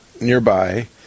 nearby